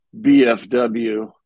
bfw